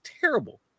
terrible